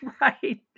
Right